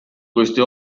queste